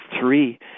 three